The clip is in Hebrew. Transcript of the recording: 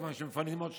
מכיוון שמפנים עוד שטחים,